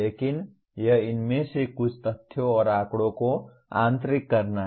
लेकिन यह इन में से कुछ तथ्यों और आंकड़ों को आंतरिक करना है